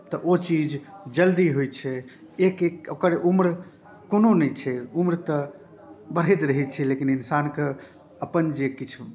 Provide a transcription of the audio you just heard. तऽ ओ चीज जल्दी होइ छै एक एक ओकर उम्र कोनो नहि छै उम्र तऽ बढ़ैत रहै छै लेकिन इंसानके अपन जे किछु